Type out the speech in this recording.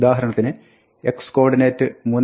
ഉദാഹരണത്തിന് x coordinate 3